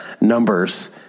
numbers